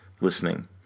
listening